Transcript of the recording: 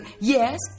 Yes